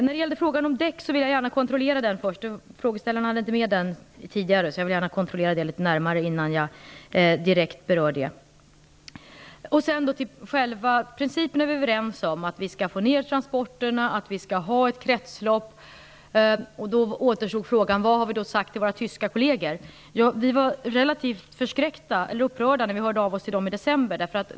När det gäller frågan om däck vill jag gärna kontrollera saken litet närmare, frågeställaren hann inte med det förut, innan jag direkt berör den. Själva principen är vi överens om. Vi skall få ner transporterna. Vi skall ha ett kretslopp. Då återstår frågan om vad vi har sagt till våra tyska kolleger. Vi var relativt upprörda när vi hörde av oss till dem i december.